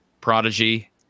prodigy